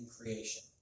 creation